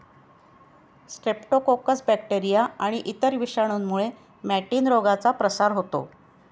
Streptococcus bacteria आणि इतर विषाणूंमुळे मॅटिन रोगाचा प्रसार होतो